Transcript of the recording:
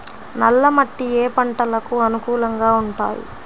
నల్ల మట్టి ఏ ఏ పంటలకు అనుకూలంగా ఉంటాయి?